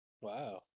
Wow